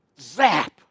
Zap